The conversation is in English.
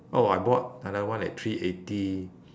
oh I bought another one at three eighty